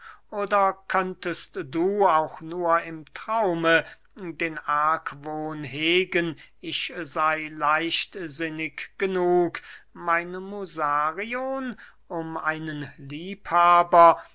oder könntest du auch nur im traume den argwohn hegen ich sey leichtsinnig genug meine musarion um einen liebhaber